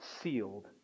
sealed